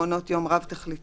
מעונות יום רב-תכליתיים,